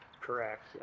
Correct